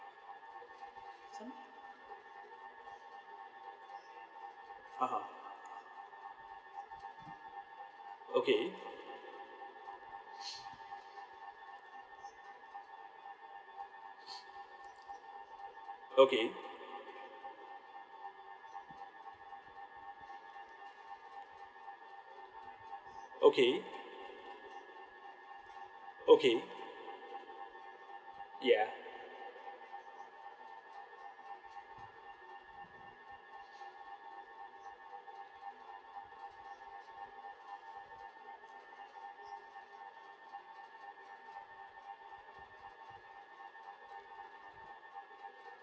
some (uh huh) okay okay okay okay ya